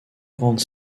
grandes